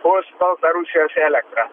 bus baltarusijos elektra